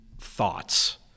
thoughts